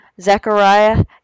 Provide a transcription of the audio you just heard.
Zechariah